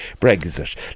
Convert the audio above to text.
Brexit